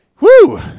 Woo